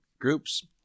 groups